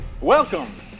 Welcome